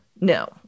no